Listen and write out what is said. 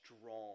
strong